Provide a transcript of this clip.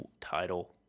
title